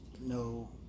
no